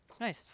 Nice